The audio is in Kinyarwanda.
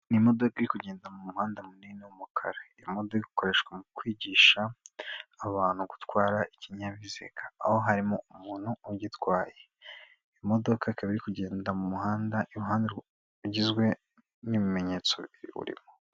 nimodoka iri kugenda mumuhanda munini w'umukara. Imodoka ikoreshwa mu kwigisha abantu gutwara ikinyabiziga ,aho harimo umuntu ugitwaye. Imodoka ikaba iri kugenda mumuhanda iruhande rugizwe n'ibimenyetso irimo.